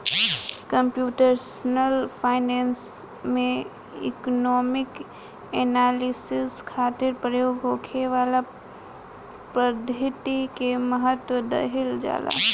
computational finance में economic analysis खातिर प्रयोग होखे वाला पद्धति के महत्व दीहल जाला